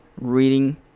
reading